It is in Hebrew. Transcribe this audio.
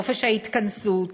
חופש ההתכנסות,